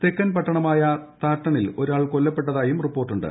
തെക്കൻ പട്ടണമായ താട്ടണിൽ ഒരാൾ കൊല്ലപ്പെട്ടതായും റിപ്പോർട്ടുണ്ട്